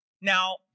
Now